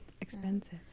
Expensive